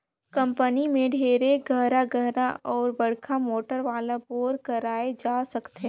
company में ढेरे गहरा गहरा अउ बड़का मोटर वाला बोर कराए जा सकथे